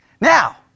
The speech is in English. Now